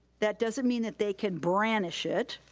that doesn't mean that they can brandish it.